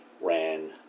ran